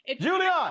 Julian